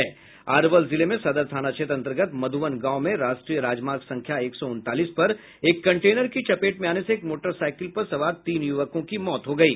अरवल जिले में सदर थाना क्षेत्र अंतर्गत मधुवन गांव में राष्ट्रीय राजमार्ग संख्या एक सौ उनतालीस पर एक कंटेनर की चपेट में आने से एक मोटरसाइकिल पर सवार तीन युवकों की मौत हो गयी